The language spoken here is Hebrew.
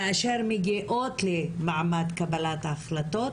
כאשר מגיעות למעמד קבלת ההחלטות,